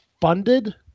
funded